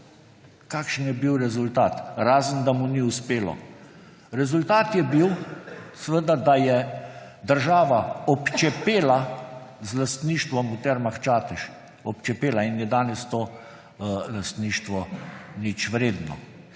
kakšen je bil rezultat, razen, da mu ni uspelo. Rezultat je bil seveda, da je država občepela z lastništvom v Termah Čatež in je danes to lastništvo ničvredno.